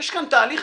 יש כאן תהליך,